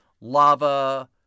lava